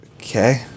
Okay